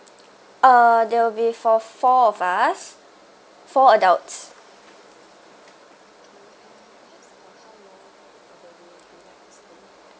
uh they'll be for four of us four adults